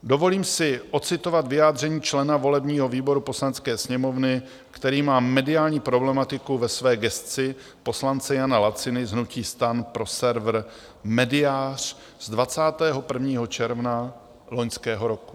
Dovolím si ocitovat vyjádření člena volebního výboru Poslanecké sněmovny, který má mediální problematiku ve své gesci, poslance Jana Laciny z hnutí STAN pro server Médiář z 21. června loňského roku.